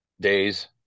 Days